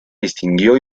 distinguió